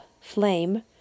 flame